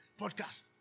podcast